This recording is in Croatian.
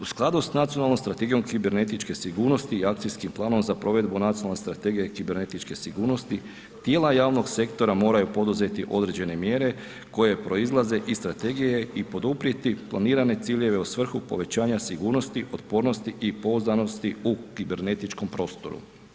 U skladu s nacionalnom strategijom kibernetičke sigurnosti i akcijskim planom za provedbu nacionalne strategije i kibernetičke sigurnosti tijela javnog sektora moraju poduzeti određene mjere koje proizlaze iz strategije i poduprijeti planirane ciljeve u svrhu povećanja sigurnosti, otpornosti i pouzdanosti u kibernetičkom prostoru.